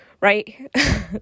right